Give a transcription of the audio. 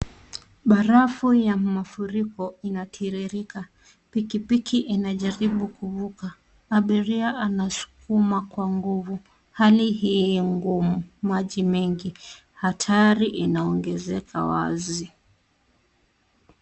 Barafu ya mafuriko inatiririka. Pikipiki inajaribu kuvuka. Abiria anasukuma kwa nguvu hali hii ngumu. Maji mengi hatari inaongezeka wazi.